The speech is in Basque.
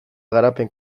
garapen